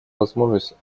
возможность